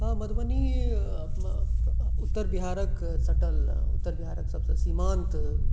हँ मधुबनीमे उत्तर बिहारक सटल उत्तर बिहारक सबसे सीमान्त